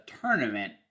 tournament